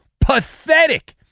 pathetic